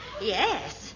yes